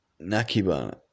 Nakiba